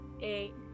eight